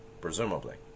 presumably